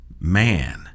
man